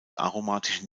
aromatischen